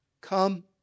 come